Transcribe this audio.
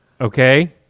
Okay